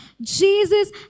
Jesus